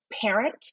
parent